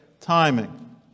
timing